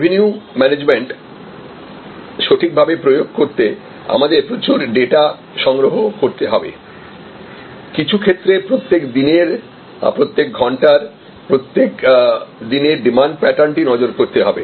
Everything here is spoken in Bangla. রেভিনিউ ম্যানেজমেন্ট সঠিকভাবে প্রয়োগ করতে আমাদের প্রচুর ডেটা সংগ্রহ করতে হবে কিছু ক্ষেত্রে প্রত্যেক দিনের প্রত্যেক ঘন্টার প্রত্যেক দিনের ডিমান্ড প্যাটার্নটি নজর করতে হবে